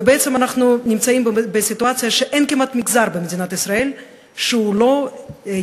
ובעצם אנחנו נמצאים בסיטואציה שאין כמעט מגזר במדינת ישראל שלא נמצא